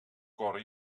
cor